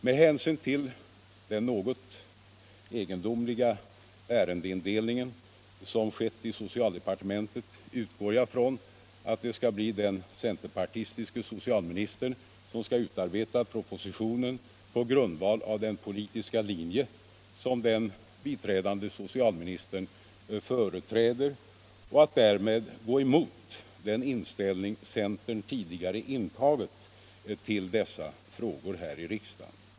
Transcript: Med hänsyn till den något cgendomliga ärendeindelning som skett i socialdepartementet utgår Jag ifrån att det skall bli den centerpartistiske socialministern som skall utarbeta propositionen på grundval av den politiska linje som den biträdande socialministern företräder och därmed gå emot den inställning centern tidigare intagit till dessa frågor här i riksdagen.